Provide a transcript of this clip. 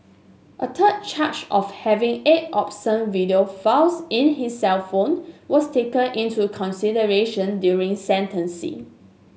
a third charge of having eight obscene video files in his cellphone was taken into consideration during sentencing